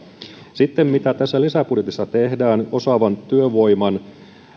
sitten mitä tässä lisäbudjetissa tehdään osaavan työvoiman